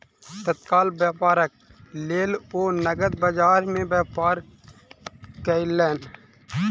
तत्काल व्यापारक लेल ओ नकद बजार में व्यापार कयलैन